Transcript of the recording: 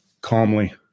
calmly